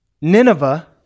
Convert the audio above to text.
Nineveh